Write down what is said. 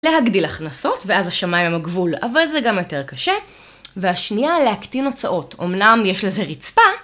להגדיל הכנסות, ואז השמיים הם הגבול, אבל זה גם יותר קשה. והשנייה, להקטין הוצאות. אמנם יש לזה רצפה...